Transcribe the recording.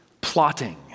plotting